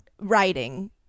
Writing